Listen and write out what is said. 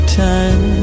time